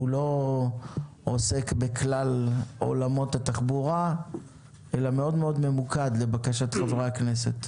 הוא לא עוסק בכלל עולמות התחבורה אלא מאוד-מאוד ממוקד לבקשת חברי הכנסת.